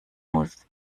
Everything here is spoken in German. muss